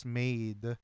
made